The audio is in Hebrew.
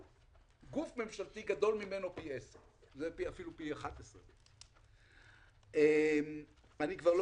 גוף ממשלתי שגדול ממנו פי 10 ואפילו פי 11. אני כבר שלא